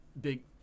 big